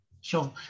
Sure